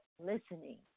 listening